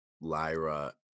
Lyra